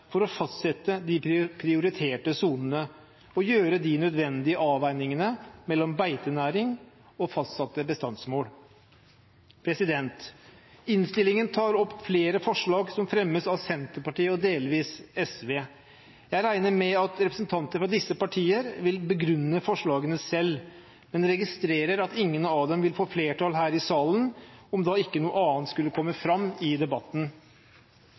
for å fastsette de prioriterte sonene og gjøre de nødvendige avveiningene mellom beitenæring og fastsatte bestandsmål. Innstillingen tar opp flere forslag som fremmes av Senterpartiet og delvis SV. Jeg regner med at representanter fra disse partiene vil begrunne forslagene selv, men registrerer at ingen av dem vil få flertall her i salen, om da ikke noe annet skulle komme fram i debatten.